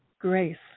grace